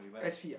S_P ah